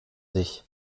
sich